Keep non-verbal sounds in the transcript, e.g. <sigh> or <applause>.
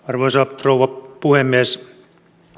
<unintelligible> arvoisa rouva puhemies